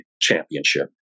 championship